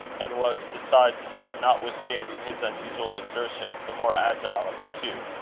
and was besides, notwithstanding his unusual exertions, the more agile of the two.